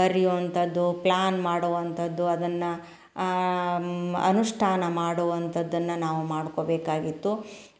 ಬರೆಯುವಂಥದು plan ಮಾಡುವಂಥದ್ದು ಅದನ್ನು ಅನುಷ್ಠಾನ ಮಾಡುವಂಥದ್ದನ್ನು ನಾವು ಮಾಡ್ಕೋಬೇಕಾಗಿತ್ತು